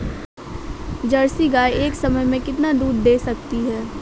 Jersey गाय एक समय में कितना दूध दे सकती है?